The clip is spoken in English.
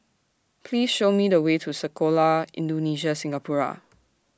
Please Show Me The Way to Sekolah Indonesia Singapura